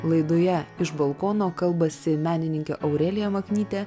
laidoje iš balkono kalbasi menininkė aurelija maknytė